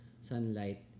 sunlight